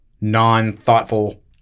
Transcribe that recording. non-thoughtful